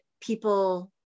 people